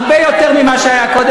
הרבה יותר ממה שהיה קודם.